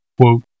quote